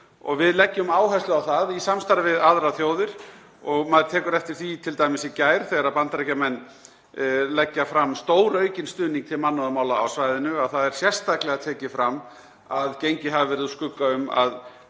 við leggjum áherslu á það í samstarfi við aðrar þjóðir. Maður tekur eftir því t.d. í gær þegar Bandaríkjamenn leggja fram stóraukinn stuðning til mannúðarmála á svæðinu að það er sérstaklega tekið fram að gengið hafi verið úr skugga um að